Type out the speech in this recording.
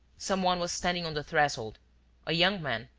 some one was standing on the threshold a young man,